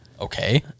Okay